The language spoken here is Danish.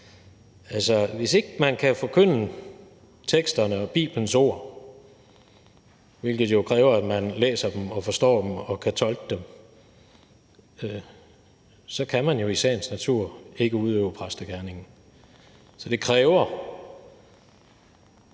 Altså, hvis ikke man kan forkynde teksterne og Bibelens ord, hvilket jo kræver, at man læser dem og forstår dem og kan tolke dem, så kan man jo i sagens natur ikke udøve præstegerningen. Så det kræver